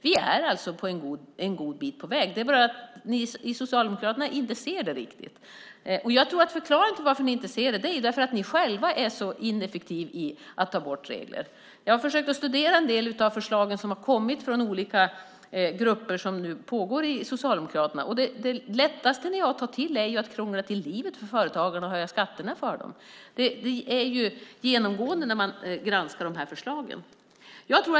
Vi är alltså en god bit på väg. Det är bara det att ni socialdemokrater inte riktigt ser det. Jag tror att förklaringen till att ni inte ser det är att ni själva är så ineffektiva på att ta bort regler. Jag har försökt att studera förslagen som har kommit från olika grupper vilkas arbete pågår inom Socialdemokraterna. Det lättaste ni har att ta till är att krångla till livet för företagarna och höja skatterna för dem. Det är genomgående när man granskar förslagen.